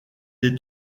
est